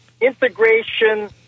integration